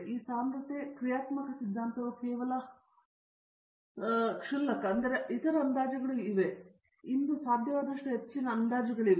ಈ ಸಾಂದ್ರತೆ ಕ್ರಿಯಾತ್ಮಕ ಸಿದ್ಧಾಂತವು ಕೇವಲ ಹುಲ್ಲು ಆದರೆ ಇತರ ಅಂದಾಜುಗಳು ಇವೆ ಆದರೆ ಇದು ಇಂದು ಸಾಧ್ಯವಾದಷ್ಟು ಹೆಚ್ಚಿನ ಅಂದಾಜಿನದಾಗಿದೆ